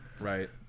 Right